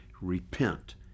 Repent